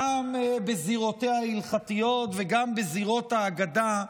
גם בזירותיה ההלכתיות וגם בזירות האגדה,